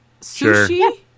sushi